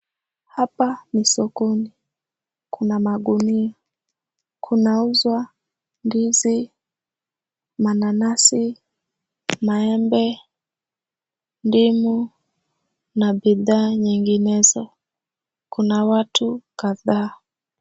Hapa ni sokoni, kuna magunia, kunauzwa ndizi, mananasi, maembe, ndimu, na bidhaa nyinginezo, kuna watu kadhaa.